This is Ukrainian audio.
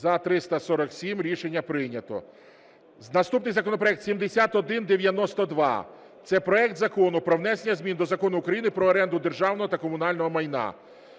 За – 347 Рішення прийнято. Наступний законопроект 7192 – це проект Закону про внесення змін до Закону України "Про оренду державного та комунального майна".